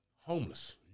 homeless